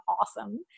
awesome